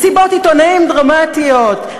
מסיבות עיתונאים דרמטיות,